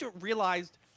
realized